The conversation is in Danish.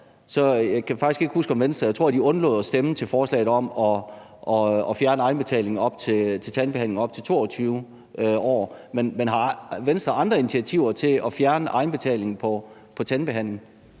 Venstre undlod at stemme om forslaget om at fjerne egenbetalingen til tandbehandling for personer op til 22 år. Men har Venstre andre initiativer til at fjerne egenbetalingen på tandbehandling?